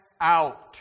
out